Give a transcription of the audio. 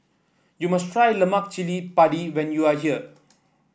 you must try Lemak Cili Padi when you are here